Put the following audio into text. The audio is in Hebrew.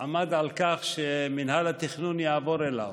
עמד על כך שמינהל התכנון יעבור אליו,